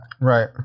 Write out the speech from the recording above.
right